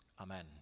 Amen